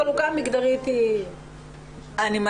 החלוקה המגדרית היא --- תראו,